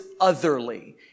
otherly